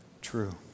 true